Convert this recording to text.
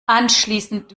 anschließend